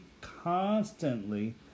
constantly